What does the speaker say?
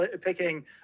picking